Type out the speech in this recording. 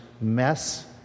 mess